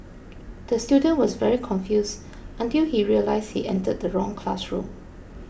the student was very confused until he realised he entered the wrong classroom